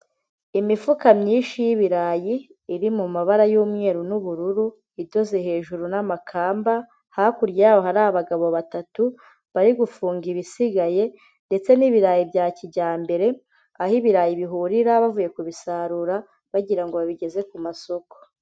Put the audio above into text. Imifuka myinshi y'ibirayi iri mu mabara y'umweru n'ubururu idoze hejuru n'amakamba, hakurya yaho hari abagabo batatu, bari gufunga ibisigaye ndetse n'ibirayi bya kijyambere, aho ibirayi bihurira bavuye kubisarura bagira ngo babigeze ku masoko.